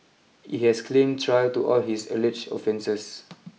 he has claim trial to all his alleged offences